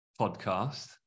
Podcast